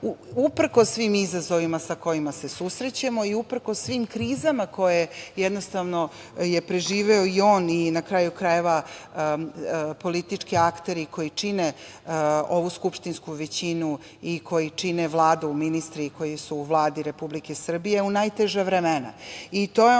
uprkos svim izazovima sa kojima se susrećemo i uprkos svim krizama koje jednostavno je preživeo i on i politički akteri koji čine ovu skupštinsku većinu i koji čine Vladu, ministri koji su u Vladi Republike Srbije u najteža vremena